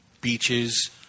Beaches